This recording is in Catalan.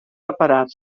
reparar